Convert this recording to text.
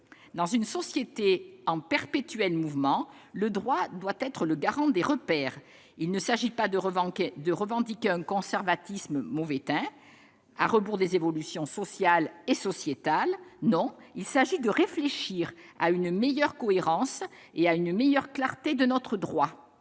Dans une société en perpétuel mouvement, le droit doit être le garant des repères. Il ne s'agit pas de revendiquer un conservatisme mauvais teint, à rebours des évolutions sociales et sociétales. Non, il s'agit de réfléchir à une meilleure cohérence et à une meilleure clarté de notre droit.